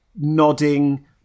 nodding